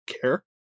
care